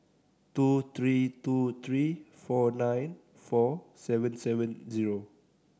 two three two three four nine four seven seven zero